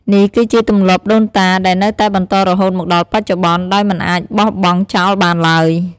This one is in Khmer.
នេះគឺជាទម្លាប់ដូនតា ដែលនៅតែបន្តរហូតមកដល់បច្ចុប្បន្ន ដោយមិនអាចបោះបង់ចោលបានឡើយ។